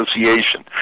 Association